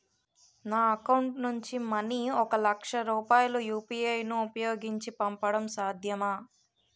నా అకౌంట్ నుంచి మనీ ఒక లక్ష రూపాయలు యు.పి.ఐ ను ఉపయోగించి పంపడం సాధ్యమా?